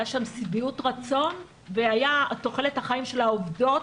הייתה שם שביעות רצון ותוחלת החיים של העובדות